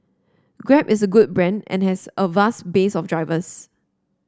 Grab is a good brand and has a vast base of drivers